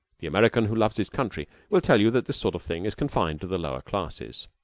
the american who loves his country will tell you that this sort of thing is confined to the lower classes.